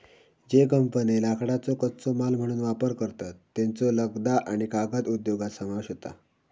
ज्ये कंपन्ये लाकडाचो कच्चो माल म्हणून वापर करतत, त्येंचो लगदा आणि कागद उद्योगात समावेश होता